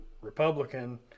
Republican